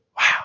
Wow